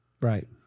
Right